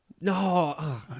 No